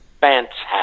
Fantastic